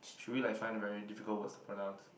should we like find a very difficult words to pronounce